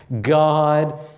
God